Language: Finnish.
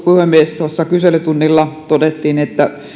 puhemies tuossa kyselytunnilla todettiin että